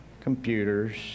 computers